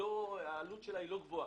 העלות שלה לא גבוהה.